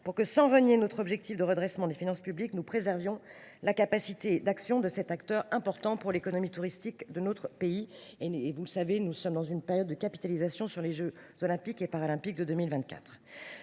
Sans renier notre objectif de redressement des finances publiques, nous devons préserver la capacité d’action de cet acteur important pour l’économie touristique de notre pays. Vous le savez, nous sommes dans une période de capitalisation sur les jeux Olympiques et Paralympiques (JOP)